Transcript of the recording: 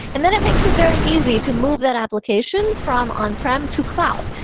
and then it makes it very easy to move that application from on-prem to cloud.